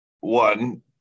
one